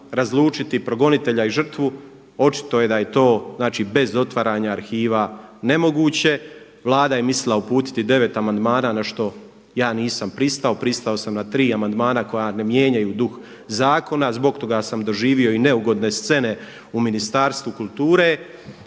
progonitelja i žrtvu. Očito da je to, znači bez otvaranja arhiva nemoguće. Vlada je mislila uputiti 9 amandmana na što ja nisam pristao. Pristao sam na 3 amandmana koja ne mijenjaju duh zakona. Zbog toga sam doživio i neugodne scene u Ministarstvu kulture.